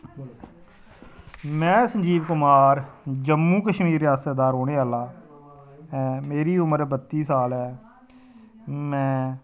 में संजीव कुमार जम्मू कश्मीर रियासत दा रौह्ने आह्ला मेरी उमर बत्ती साल ऐ में